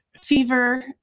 fever